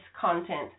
content